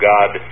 God